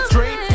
Dream